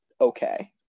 okay